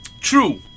true